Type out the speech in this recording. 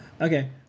okay